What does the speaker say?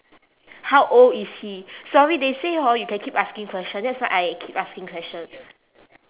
how old is he sorry they say hor you can keep asking question that's why I keep asking question